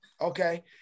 Okay